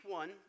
one